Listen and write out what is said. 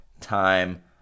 time